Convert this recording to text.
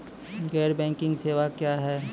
गैर बैंकिंग सेवा क्या हैं?